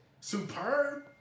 superb